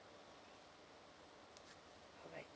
alright